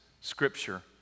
scripture